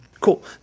Cool